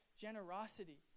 generosity